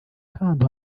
nk’ahantu